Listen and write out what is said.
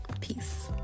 Peace